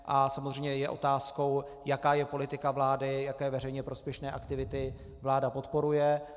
A samozřejmě je otázkou, jaká je politika vlády, jaké veřejně prospěšné aktivity vláda podporuje.